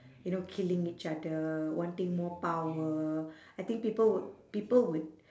you know killing each other wanting more power I think people would people would